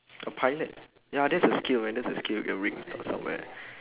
A pilot ya that's a skill man that's a skill you're somewhere